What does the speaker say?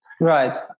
Right